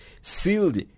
sealed